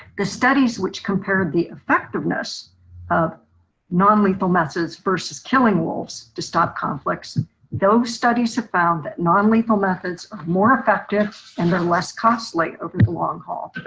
the studies which compared the effectiveness of non lethal methods versus killing wolves to stop conflicts those studies have found that non lethal methods are more effective and they're less costly over the long haul.